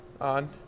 on